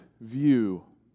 view